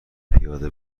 پیاده